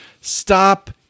Stop